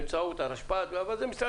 יש נציגים